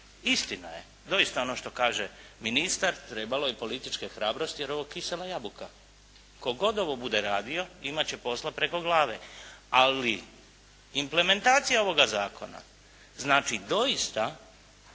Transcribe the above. Istina je, doista ono što kaže ministar trebalo je političke hrabrosti jer je ovo kisela jabuka. Tko god ovo bude radio, imat će posla preko glave. Ali implementacija ovoga zakona znači doista